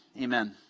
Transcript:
amen